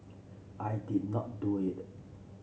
I did not do it